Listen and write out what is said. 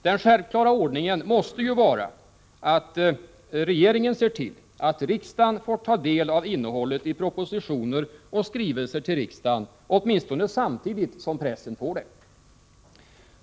Den självklara ordningen måste ju vara att regeringen ser till att riksdagen får ta del av innehållet i propositioner och skrivelser till riksdagen åtminstone samtidigt som pressen får det.